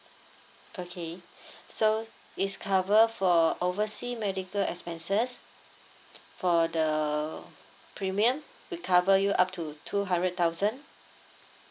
okay so it's cover for oversea medical expenses for the premium we'll cover you up to two hundred thousand